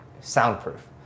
soundproof